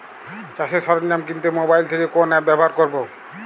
চাষের সরঞ্জাম কিনতে মোবাইল থেকে কোন অ্যাপ ব্যাবহার করব?